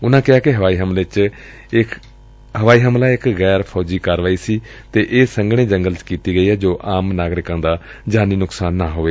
ਉਨੂਂ ਕਿਹਾ ਕਿ ਹਵਾਈ ਹਮਲੇ ਚ ਇਕ ਗੈਰ ਫੌਜੀ ਕਾਰਵਾਈ ਸੀ ਅਤੇ ਇਹ ਸੰਘਣੇ ਜੰਗਲ ਚ ਕੀਤੀ ਗਈ ਤਾਂ ਜੋ ਆਮ ਨਗਰਿਕਾ ਦਾ ਜਾਨੀ ਨੁਕਸਾਨ ਨਾ ਹੋਵੇ